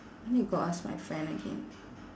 I need to go ask my friend again